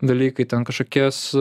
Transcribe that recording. dalykai ten kažkokias